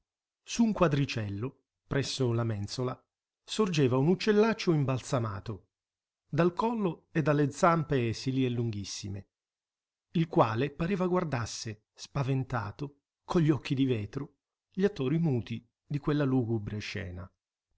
su un quadricello presso la mensola sorgeva un uccellaccio imbalsamato dal collo e dalle zampe esili e lunghissime il quale pareva guardasse spaventato con gli occhi di vetro gli attori muti di quella lugubre scena